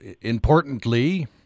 importantly